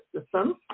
system